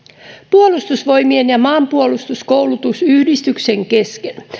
puolustusvoimien ja maanpuolustuskoulutusyhdistyksen kesken